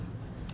ya